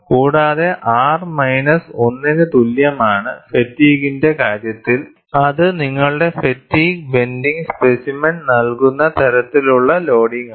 കൂടാതെ R minus 1 ന് തുല്യമാണ് ഫാറ്റിഗ്ഗിന്റെ കാര്യത്തിൽ അത് നിങ്ങളുടെ ഫാറ്റിഗ്സ് ബെൻഡിങ് സ്പെസിമെൻ നൽകുന്ന തരത്തിലുള്ള ലോഡിംഗാണ്